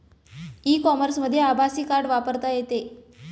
E कॉमर्समध्ये आभासी card वापरता येते